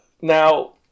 Now